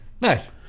Nice